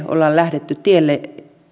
ollaan lähdetty tielle